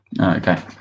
Okay